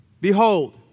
Behold